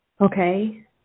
Okay